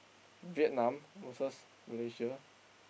Vietnam versus Malaysia